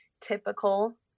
typical